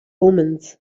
omens